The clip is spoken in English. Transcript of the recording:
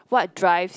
what drives